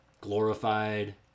glorified